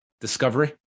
discovery